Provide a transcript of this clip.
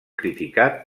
criticat